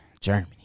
Germany